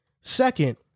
Second